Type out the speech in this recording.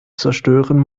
zerstören